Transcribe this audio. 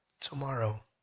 tomorrow